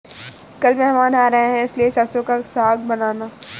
कल मेहमान आ रहे हैं इसलिए सरसों का साग बनाना